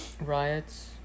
riots